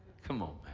come on,